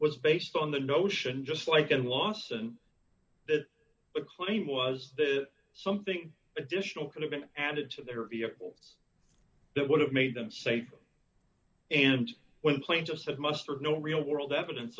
was based on the notion just like in lawson that the claim was that something additional could have been added to their vehicles that would have made them safe and when the plane just said mustard no real world evidence